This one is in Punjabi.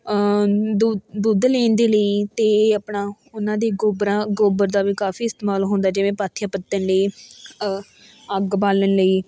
ਦੁੱ ਦੁੱਧ ਲੈਣ ਦੇ ਲਈ ਅਤੇ ਆਪਣਾ ਉਹਨਾਂ ਦੇ ਗੋਬਰਾਂ ਗੋਬਰ ਦਾ ਵੀ ਕਾਫ਼ੀ ਇਸਤੇਮਾਲ ਹੁੰਦਾ ਜਿਵੇਂ ਪਾਥੀਆਂ ਪੱਥਣ ਲਈ ਅੱਗ ਬਾਲਣ ਲਈ